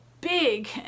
big